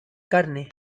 carne